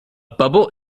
bubble